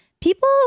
people